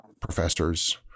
professors